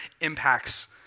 impacts